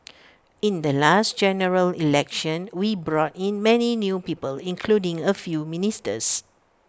in the last General Election we brought in many new people including A few ministers